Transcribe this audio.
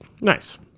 Nice